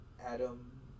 Adam